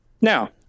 Now